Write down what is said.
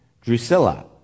Drusilla